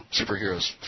superheroes